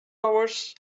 hours